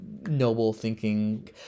noble-thinking